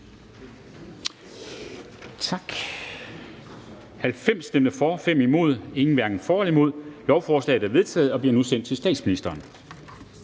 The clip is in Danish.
Tak.